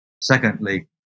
Secondly